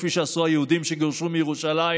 כפי שעשו היהודים כשגורשו מירושלים